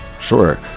Sure